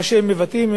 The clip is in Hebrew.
מה שהם מבטאים,